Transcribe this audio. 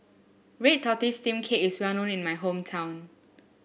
Red Tortoise Steamed Cake is well known in my hometown